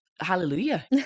Hallelujah